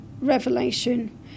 revelation